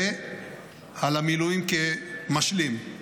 ועל המילואים כמשלים.